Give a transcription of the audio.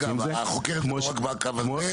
אגב, החוקרת לא רק בקו הזה.